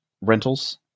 rentals